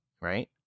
right